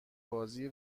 بازی